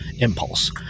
Impulse